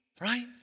Right